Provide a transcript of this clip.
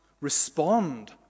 respond